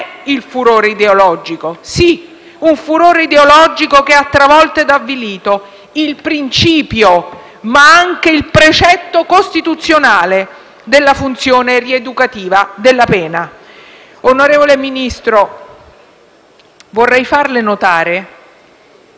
il furore ideologico. Sì, un furore ideologico che ha travolto ed avvilito il principio, ma anche il precetto costituzionale della funzione rieducativa della pena. Onorevole Ministro, vorrei farle notare